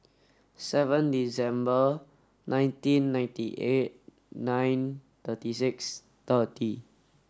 seven December nineteen ninety eight nine thirty six thirty